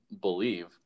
believe